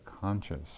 conscious